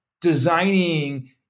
designing